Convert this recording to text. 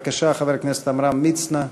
בבקשה, חבר הכנסת עמרם מצנע.